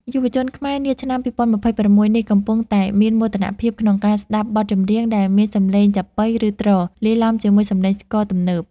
យុវជនខ្មែរនាឆ្នាំ ២០២៦ នេះ កំពុងតែមានមោទនភាពក្នុងការស្តាប់បទចម្រៀងដែលមានសំឡេងចាប៉ី ឬទ្រ លាយឡំជាមួយសំឡេងស្គរទំនើប។